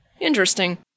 Interesting